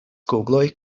kugloj